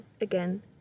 Again